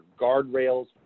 guardrails